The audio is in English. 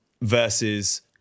versus